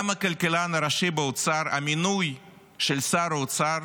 גם הכלכלן הראשי באוצר, המינוי של שר האוצר